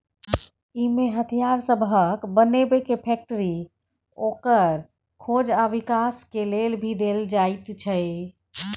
इमे हथियार सबहक बनेबे के फैक्टरी, ओकर खोज आ विकास के लेल भी देल जाइत छै